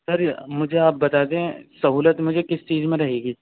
سر مجھے آپ بتا دیں سہولت مجھے کس چیز میں رہے گی